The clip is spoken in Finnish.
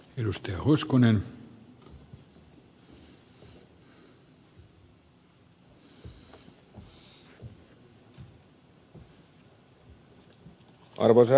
arvoisa herra puhemies